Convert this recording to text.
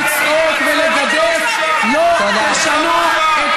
הבעתי רק עמדה שמרנית קלאסית,